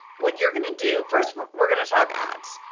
what you're gonna do, first we're gonna talk ads,